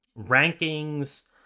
rankings